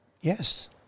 Yes